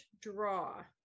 draw